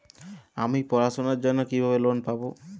আমি পড়াশোনার জন্য কিভাবে লোন পাব?